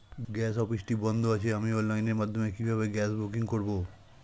Gas অফিসটি বন্ধ আছে আমি অনলাইনের মাধ্যমে কিভাবে গ্যাস বুকিং করব?